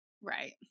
Right